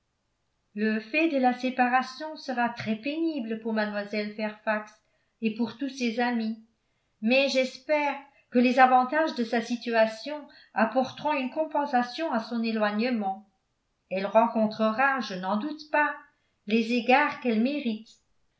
le fait de la séparation sera très pénible pour mlle fairfax et pour tous ses amis mais j'espère que les avantages de sa situation apporteront une compensation à son éloignement elle rencontrera je n'en doute pas les égards qu'elle mérite